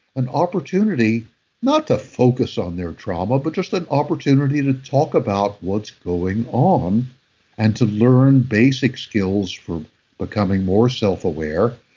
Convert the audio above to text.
an opportunity not to focus on their trauma, but just an opportunity to talk about what's going on and to learn basic skills for becoming more self-aware,